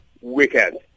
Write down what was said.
weekend